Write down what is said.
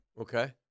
Okay